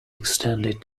extended